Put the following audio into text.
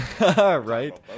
Right